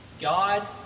God